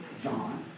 John